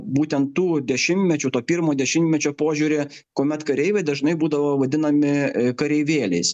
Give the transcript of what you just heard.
būtent tų dešimtmečių to pirmo dešimtmečio požiūrį kuomet kareiviai dažnai būdavo vadinami kareivėliais